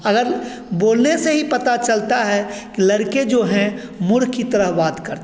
अगर बोलने से ही पता चलता है कि लड़के जो हैं मूर्ख की तरह बात करता है